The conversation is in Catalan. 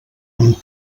amb